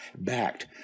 backed